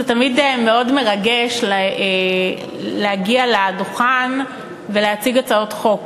זה תמיד מאוד מרגש להגיע לדוכן ולהגיש הצעות חוק,